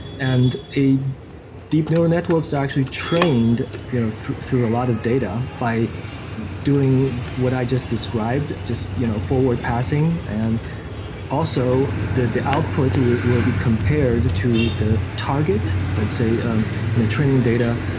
and deep neural networks are actually trained you know through through a lot of data by doing what i just described just you know forward passing, and also the the output will will be compared to the target, let's say um in a training data,